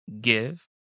give